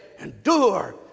endure